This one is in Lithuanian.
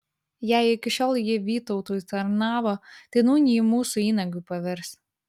jei iki šiol ji vytautui tarnavo tai nūn ji mūsų įnagiu pavirs